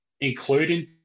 including